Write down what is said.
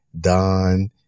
Don